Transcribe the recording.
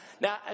Now